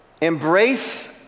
embrace